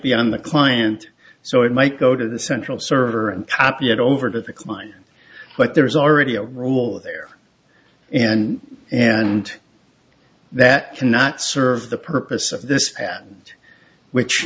be on the client so it might go to the central server and happy it over to the klein but there's already a role there and and that cannot serve the purpose of this witch